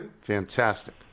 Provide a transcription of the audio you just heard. fantastic